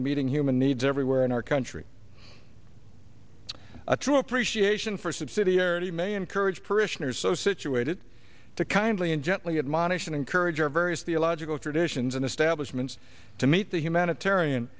in meeting human needs everywhere in our country a true appreciation for subsidiarity may encourage parishioners so situated to kindly and gently admonish and encourage our various theological traditions and establishment to meet the humanitarian